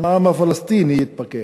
גם העם הפלסטיני יתפכח.